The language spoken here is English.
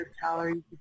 calories